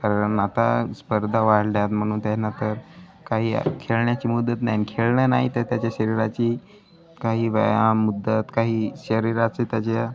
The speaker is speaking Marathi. कारण आता स्पर्धा वाढल्यात म्हणून त्यानंतर काही खेळण्याची मुदत नाही आणि खेळणं नाही तर त्याच्या शरीराची काही व्यायाम मुदत काही शरीराचे त्याच्या